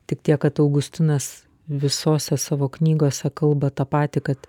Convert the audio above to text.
tik tiek kad augustinas visose savo knygose kalba tą patį kad